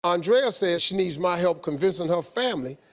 andrea says she needs my help convincing her family,